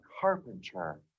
carpenter